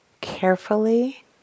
carefully